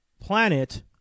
planet